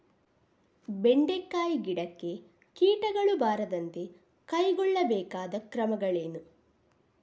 ಬೆಂಡೆಕಾಯಿ ಗಿಡಕ್ಕೆ ಕೀಟಗಳು ಬಾರದಂತೆ ಕೈಗೊಳ್ಳಬೇಕಾದ ಕ್ರಮಗಳೇನು?